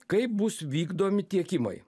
kaip bus vykdomi tiekimai